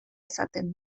esaten